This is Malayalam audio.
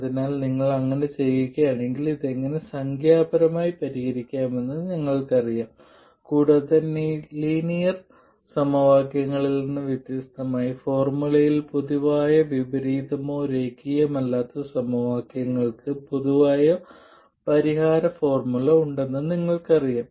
അതിനാൽ നിങ്ങൾ അങ്ങനെ ചെയ്യുകയാണെങ്കിൽ ഇത് എങ്ങനെ സംഖ്യാപരമായി പരിഹരിക്കാമെന്ന് നിങ്ങൾക്കറിയാം കൂടാതെ ലീനിയർ സമവാക്യങ്ങളിൽ നിന്ന് വ്യത്യസ്തമായി ഫോർമുലയിൽ പൊതുവായ വിപരീതമോ രേഖീയമല്ലാത്ത സമവാക്യങ്ങൾക്ക് പൊതുവായ പരിഹാര ഫോർമുലയോ ഉണ്ടെന്ന് നിങ്ങൾക്കറിയാം